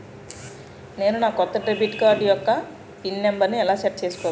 నేను నా కొత్త డెబిట్ కార్డ్ యెక్క పిన్ నెంబర్ని ఎలా సెట్ చేసుకోవాలి?